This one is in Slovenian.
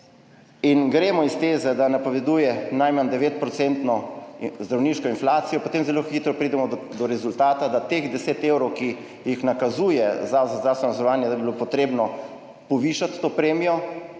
in gremo iz teze, da napoveduje najmanj 9 % zdravniško inflacijo, potem zelo hitro pridemo do rezultata, da teh 10 evrov, ki jih nakazuje Zavod za zdravstveno zavarovanje, da bi bilo potrebno povišati to premijo,